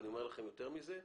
אני אומר לכם יותר מזה,